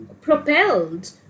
propelled